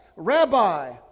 Rabbi